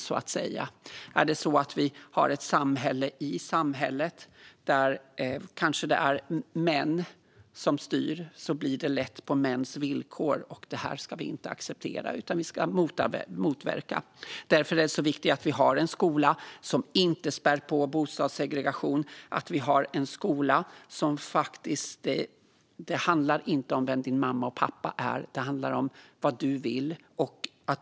Har vi ett samhälle i samhället där män styr blir det lätt på mäns villkor, och detta ska vi inte acceptera utan motverka. Det är därför viktigt att vi har en skola som inte spär på bostadssegregation och att det i skolan inte handlar om vem din mamma och pappa är utan vad du vill.